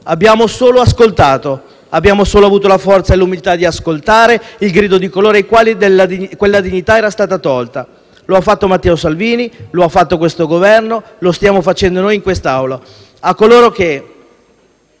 Abbiamo solo ascoltato, abbiamo solo avuto la forza e l'umiltà di ascoltare il grido di coloro ai quali quella dignità era stata tolta; lo ha fatto Matteo Salvini, lo ha fatto questo Governo, lo stiamo facendo noi in quest'Aula.